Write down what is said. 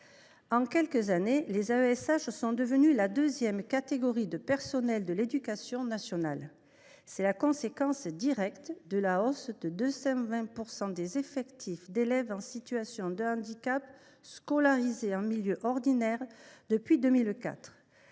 En quelques années, les AESH sont devenus la deuxième catégorie de personnels de l’éducation nationale, conséquence directe de la hausse de 220 % des effectifs d’élèves en situation de handicap scolarisés en milieu ordinaire depuis 2004.